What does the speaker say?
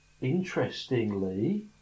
Interestingly